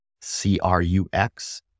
C-R-U-X